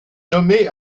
nommé